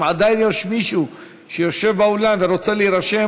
אם עדיין יש מישהו שיושב באולם ורוצה להירשם,